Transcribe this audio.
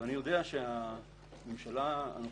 אני מדבר על ההצעה הממשלתית,